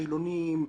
חילוניים,